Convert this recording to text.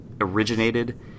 originated